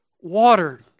water